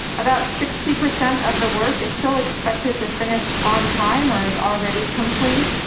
about sixty percent of the work is still expected to finish on time, or is already complete.